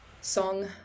song